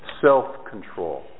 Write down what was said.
Self-control